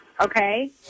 Okay